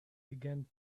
began